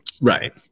Right